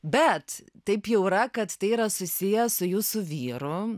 bet taip jau yra kad tai yra susiję su jūsų vyru